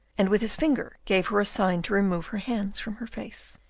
and with his finger, gave her a sign to remove her hands from her face.